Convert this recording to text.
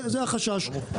זה החשש.